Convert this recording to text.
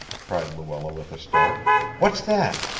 cried luella with a start what's that?